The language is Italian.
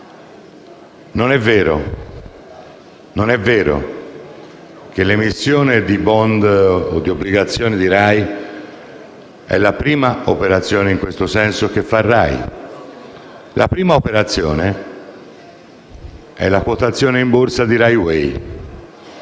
Non è vero che l'emissione di *bond* o di obbligazioni RAI sia la prima operazione in questo senso che fa l'azienda: la prima operazione è stata la quotazione in Borsa di RAI Way.